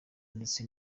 ndetse